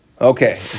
Okay